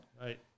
Right